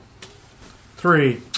Three